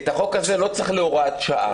את החוק הזה לא צריך בהוראת שעה.